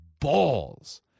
balls